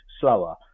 slower